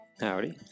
Howdy